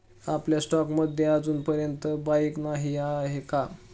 आपल्या स्टॉक्स मध्ये अजूनपर्यंत बाईक नाही आहे का?